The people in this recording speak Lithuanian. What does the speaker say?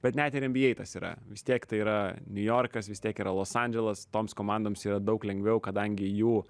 bet net ir nba tas yra vis tiek tai yra niujorkas vis tiek yra los andželas toms komandoms yra daug lengviau kadangi jų